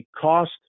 cost